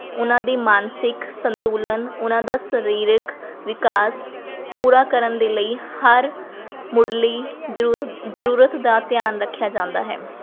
ਉਨ੍ਹਾਂ ਦੀ ਮਾਨਸਿਕ ਸੰਤੁਲਨ ਉਹਨਾਂ ਦਾ ਸਰੀਰਕ ਵਿਕਾਸ ਪੂਰਾ ਕਰਨ ਦੇ ਲਈ ਹਰ ਮੁੱਢਲੀ ਜ਼ਰੂ ਜ਼ਰੂਰਤ ਦਾ ਧਿਆਨ ਰੱਖਿਆ ਜਾਂਦਾ ਹੈ